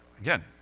again